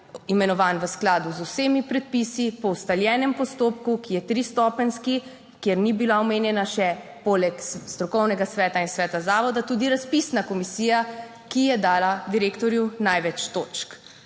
imenovan v skladu z vsemi predpisi po ustaljenem postopku, ki je, tristopenjski, kjer ni bila omenjena še poleg strokovnega sveta in sveta zavoda, tudi razpisna komisija, ki je dala direktorju največ točk,